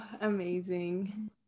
Amazing